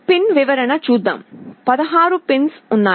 pin వివరణ చూద్దాం 16 pins ఉన్నాయి